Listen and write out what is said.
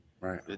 Right